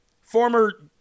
former